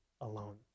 alone